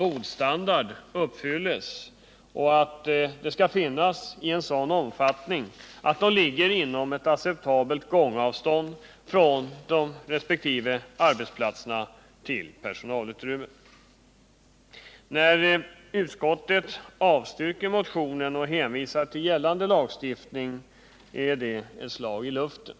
bostandard uppfylls, och de skall finnas i sådan omfattning att de ligger inom acceptabelt gångavstånd mellan resp. arbetsplatser och personalutrymmen. När utskottet avstyrker motionen och hänvisar till gällande lagstiftning är det ett slag i luften.